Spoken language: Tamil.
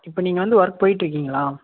இப்போ நீங்கள் வந்து ஒர்க் போய்ட்டுருக்கீங்களா